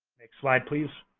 next slide, please.